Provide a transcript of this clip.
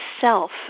self